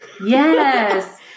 Yes